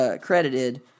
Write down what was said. credited